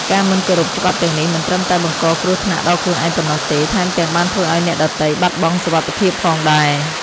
ការមិនគោរពច្បាប់ទាំងនេះមិនត្រឹមតែបង្កគ្រោះថ្នាក់ដល់ខ្លួនឯងប៉ុណ្ណោះទេ ថែមទាំងបានធ្វើឱ្យអ្នកដ៏ទៃបាត់បង់សុវត្ថិភាពផងដែរ។